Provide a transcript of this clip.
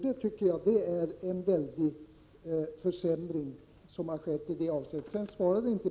Det är en väldig försämring i det avseendet.